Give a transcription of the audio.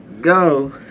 go